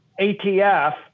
ATF